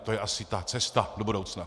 To je asi ta cesta do budoucna.